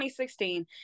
2016